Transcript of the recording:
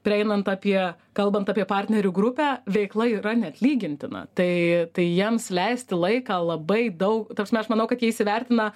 prieinant apie kalbant apie partnerių grupę veikla yra neatlygintina tai tai jiems leisti laiką labai daug ta prasme aš manau kad jie įsivertina